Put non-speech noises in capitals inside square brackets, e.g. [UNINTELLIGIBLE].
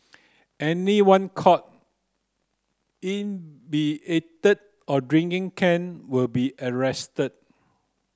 anyone caught [UNINTELLIGIBLE] or drinking can will be arrested